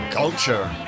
culture